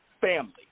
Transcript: family